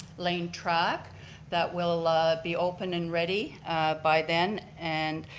lane track that will ah be open and ready by then. and